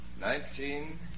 Nineteen